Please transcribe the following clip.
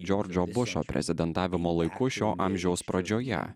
džordžo bušo prezidentavimo laiku šio amžiaus pradžioje